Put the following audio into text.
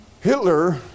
Hitler